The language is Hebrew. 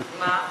מה?